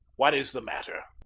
what is the matter?